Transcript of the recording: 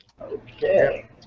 Okay